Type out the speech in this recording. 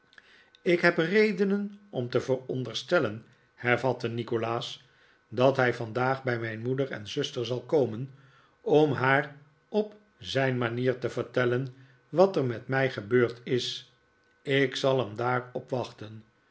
ik heb reden om te veronderstellen hervatte nikolaas dat hij vandaag bij mijn moeder en zuster zal komen om haar op zijn manier te vertellen wat er met mij gebeurd is ik zal hem daar opwachten